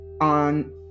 on